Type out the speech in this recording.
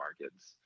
markets